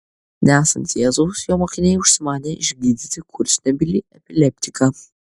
nesant jėzaus jo mokiniai užsimanė išgydyti kurčnebylį epileptiką